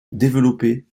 développer